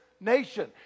nation